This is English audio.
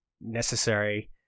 necessary